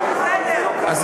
אה, לא.